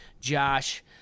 Josh